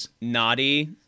naughty